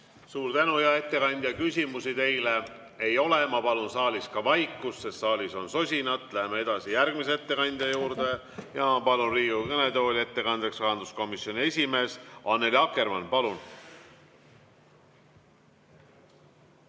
Suur tänu, hea ettekandja! Küsimusi teile ei ole. Ma palun saalis vaikust, sest saalis on sosinat. Läheme edasi järgmise ettekandja juurde. Ma palun Riigikogu kõnetooli ettekandeks rahanduskomisjoni esimehe Annely Akkermanni. Palun!